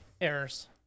errors